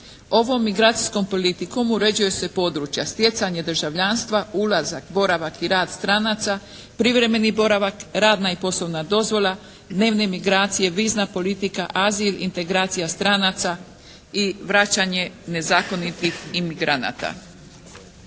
Ovom migracijskom politikom uređuju se područja stjecanje državljanstva, ulazak, boravak i rad stranaca, privremeni boravak, radna i poslovna dozvola, dnevne migracije, vizna politika, azil, integracija stranca i vraćanje nezakonitih imigranata.